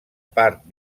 part